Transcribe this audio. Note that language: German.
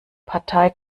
partei